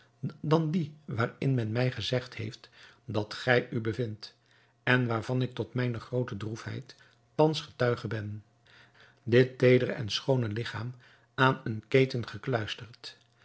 dan die waarin men mij gezegd heeft dat gij u bevindt en waarvan ik tot mijne groote droefheid thans getuige ben dit teedere en schoone ligchaam aan een keten gekluisterd